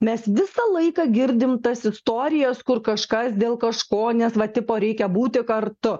mes visą laiką girdim tas istorijas kur kažkas dėl kažko nes va tipo reikia būti kartu